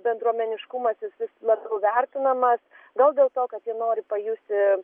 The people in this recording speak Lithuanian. bendruomeniškumas jis vis labiau vertinamas gal dėl to kad jie nori pajusti